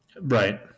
Right